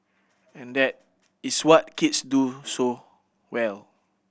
and that is what kids do so well